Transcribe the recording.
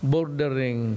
Bordering